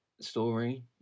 story